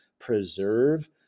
preserve